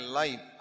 life